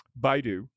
Baidu